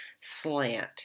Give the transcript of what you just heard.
slant